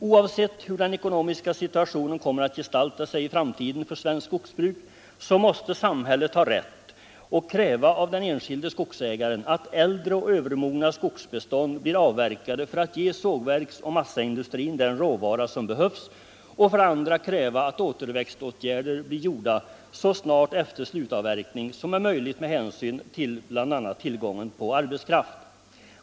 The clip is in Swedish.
Oavsett hur den ekonomiska situationen kommer att gestalta sig i framtiden för svenskt skogsbruk, måste samhället ha rätt att kräva av den enskilde skogsägaren, att äldre och övermogna skogsbestånd blir avverkade för att ge sågverksoch massaindustrin den råvara som behövs och att återväxtåtgärder blir gjorda så snart efter slutavverkning som är möjligt med hänsyn till bl.a. tillgången på arbetskraft.